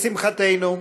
לשמחתנו,